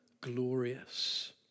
glorious